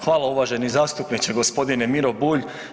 Hvala uvaženi zastupniče gospodine Miro Bulj.